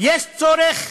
יש צורך,